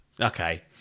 okay